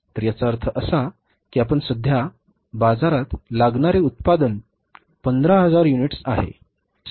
तर याचा अर्थ असा की सध्या बाजारात जाणारे उत्पादन 15000 युनिट्स आहे